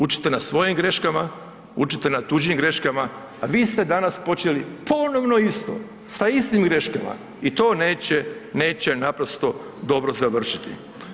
Učite na svojim graškama, učite na tuđim greškama, a vi ste danas počeli ponovno isto, sa istim greškama i to neće, neće naprosto dobro završiti.